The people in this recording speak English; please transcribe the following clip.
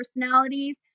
personalities